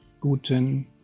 Guten